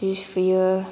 जि सुयो